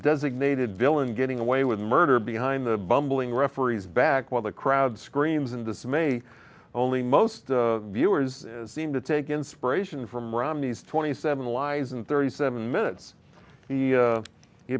designated villain getting away with murder behind the bumbling referees back while the crowd screams in dismay only most viewers seem to take inspiration from romney's twenty seven lies and thirty seven minutes he